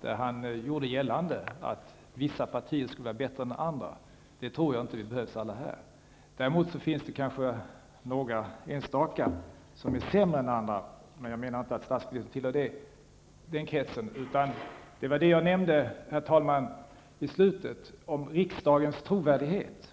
där han gjorde gällande att vissa partier skulle vara bättre än andra. Det tror jag inte. Vi behövs alla här. Däremot finns det kanske några enstaka personer som är sämre än andra, men jag menar inte att statsministern tillhör den kretsen. Jag talade i slutet av mitt förra anförande om riksdagens trovärdighet.